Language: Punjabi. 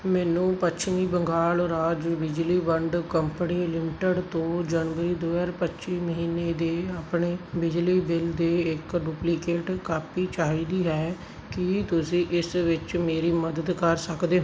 ਮੈਨੂੰ ਪੱਛਮੀ ਬੰਗਾਲ ਰਾਜ ਬਿਜਲੀ ਵੰਡ ਕੰਪਨੀ ਲਿਮਟਿਡ ਤੋਂ ਜਨਵਰੀ ਦੋ ਹਜ਼ਾਰ ਪੱਚੀ ਮਹੀਨੇ ਦੇ ਆਪਣੇ ਬਿਜਲੀ ਬਿੱਲ ਦੀ ਇੱਕ ਡੁਪਲੀਕੇਟ ਕਾਪੀ ਚਾਹੀਦੀ ਹੈ ਕੀ ਤੁਸੀਂ ਇਸ ਵਿੱਚ ਮੇਰੀ ਮਦਦ ਕਰ ਸਕਦੇ